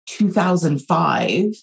2005